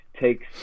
takes